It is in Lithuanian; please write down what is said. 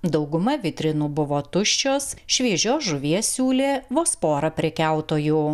dauguma vitrinų buvo tuščios šviežios žuvies siūlė vos pora prekiautojų